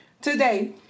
Today